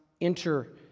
enter